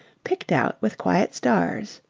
picked out with quiet stars.